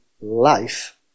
life